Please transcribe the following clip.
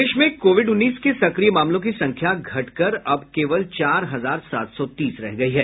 प्रदेश में कोविड उन्नीस के सक्रिय मामलों की संख्या घटकर अब केवल चार हजार सात सौ तीस रह गयी है